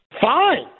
fine